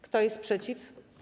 Kto jest przeciw?